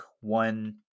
one